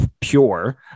pure